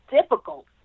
difficult